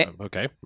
okay